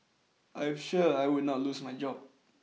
I'm sure I will not lose my job